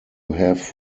have